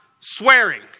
swearing